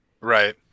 Right